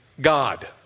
God